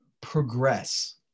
progress